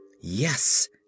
Yes